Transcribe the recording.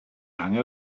lange